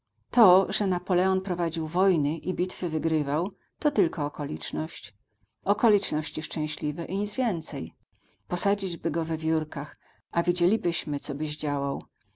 to że napoleon prowadził wojny i bitwy wygrywał to tylko okoliczność okoliczności szczęśliwe i nic więcej posadzić by go we wiórkach a widzielibyśmy co by zdziałał